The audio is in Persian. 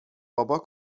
بابا